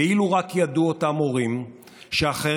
ואילו רק ידעו אותם הורים שאחרים,